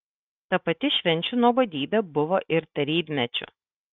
ta pati švenčių nuobodybė buvo ir tarybmečiu